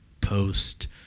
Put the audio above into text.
post